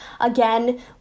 again